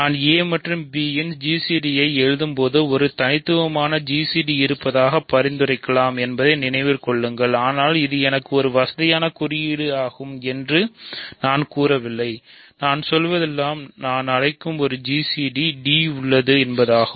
நான் a மற்றும் b இன் gcd ஐ எழுதும் போது ஒரு தனித்துவமான gcd இருப்பதாக பரிந்துரைக்கலாம் என்பதை நினைவில் கொள்ளுங்கள் ஆனால் இது எனக்கு ஒரு வசதியான குறியீடாகும் என்று நான் கூறவில்லை நான் சொல்வது எல்லாம் நான் அழைக்கும் ஒரு gcd d உள்ளது என்பதாகும்